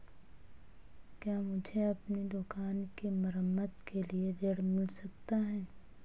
क्या मुझे अपनी दुकान की मरम्मत के लिए ऋण मिल सकता है?